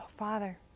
Father